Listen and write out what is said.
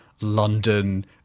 London